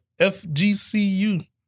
FGCU